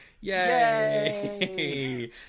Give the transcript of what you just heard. Yay